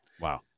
Wow